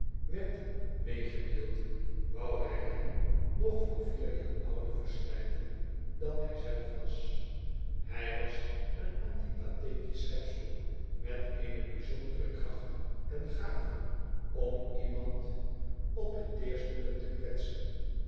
werd meegedeeld wou hij hem nog voor vier jaar ouder verslijten dan hij zelf was hij was een antipathetisch schepsel met eene bijzondere kracht on gave om iemand op t teerste punt te kwetsen